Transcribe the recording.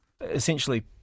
Essentially